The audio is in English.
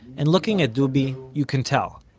and looking at dubi, you can tell.